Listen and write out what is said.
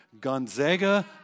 Gonzaga